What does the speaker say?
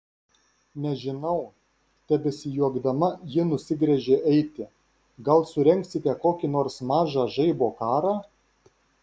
nežinau tebesijuokdama ji nusigręžė eiti gal surengsite kokį nors mažą žaibo karą